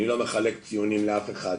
אני לא מחלק ציונים לאף אחד.